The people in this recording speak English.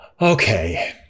Okay